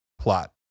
plot